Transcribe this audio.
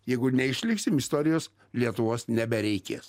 jeigu neišliksim istorijos lietuvos nebereikės